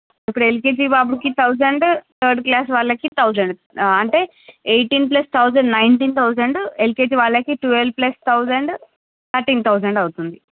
ఇప్పుడు ఎల్కేజీ బాబుకి thousand third class వాళ్ళకి థౌసండ్ అంటే eighteen plus thousand nineteen thousand LKG వాళ్ళకి twelve plus thousand thirteen thousand అవుతుంది